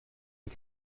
les